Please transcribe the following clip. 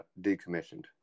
decommissioned